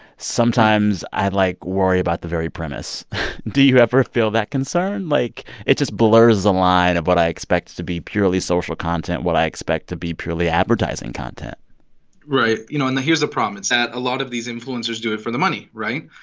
sometimes i, like, worry about the very premise do you ever feel that concern? like, it just blurs the line of what i expect to be purely social content, what i expect to be purely advertising content right. you know, and the here's the problem. it's that a lot of these influencers do it for the money, right?